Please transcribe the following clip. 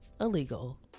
illegal